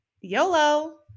YOLO